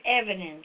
evidence